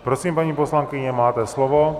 Prosím, paní poslankyně, máte slovo.